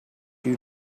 you